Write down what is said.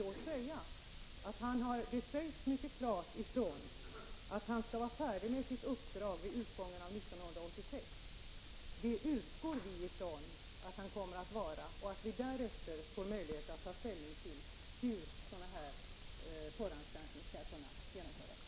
Låt mig också framhålla att det mycket klart sagts ifrån att utredaren skall vara klar med sitt uppdrag vid utgången av 1986. Vi utgår från att han kommer att vara det och att vi snabbt därefter får möjlighet att ta ställning till hur en förhandsgranskning skall kunna genomföras.